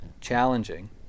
challenging